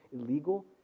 illegal